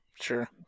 Sure